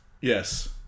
Yes